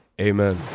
Amen